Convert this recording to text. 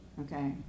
Okay